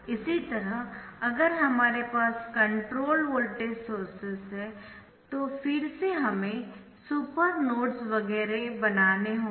इसी तरह अगर हमारे पास कंट्रोल्ड वोल्टेज सोर्सेस है तो फिर से हमें सुपर नोड्स वगैरह बनाने होंगे